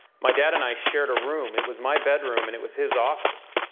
my dad and i shared a room. it was my bedroom, and it was his office.